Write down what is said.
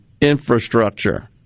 infrastructure